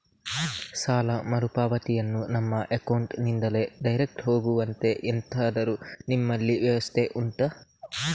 ಸಾಲ ಮರುಪಾವತಿಯನ್ನು ನಮ್ಮ ಅಕೌಂಟ್ ನಿಂದಲೇ ಡೈರೆಕ್ಟ್ ಹೋಗುವಂತೆ ಎಂತಾದರು ನಿಮ್ಮಲ್ಲಿ ವ್ಯವಸ್ಥೆ ಉಂಟಾ